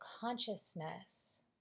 consciousness